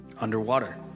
underwater